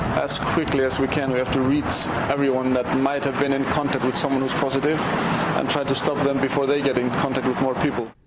as quickly as we can, we have to reach everyone that might have been in contact with someone who's positive and try to stop them before they get in contact with more people.